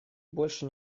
больше